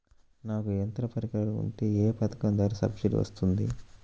నాకు యంత్ర పరికరాలు ఉంటే ఏ పథకం ద్వారా సబ్సిడీ వస్తుంది?